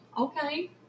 Okay